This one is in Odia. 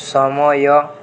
ସମୟ